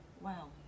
Wow